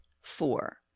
four